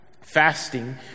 Fasting